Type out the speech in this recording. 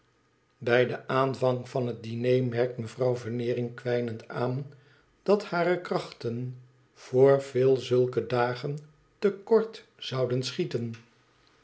bij den aanvang van het diner merkt mevrouw veneering kwijnend aan dat hare krachten voor veel zulke dagen te kort zouden schieten